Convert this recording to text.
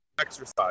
exercise